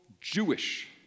Jewish